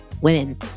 women